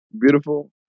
beautiful